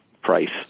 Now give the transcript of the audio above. price